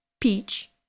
Peach